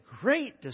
great